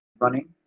running